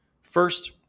First